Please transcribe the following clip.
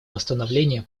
восстановления